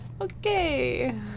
okay